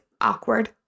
awkward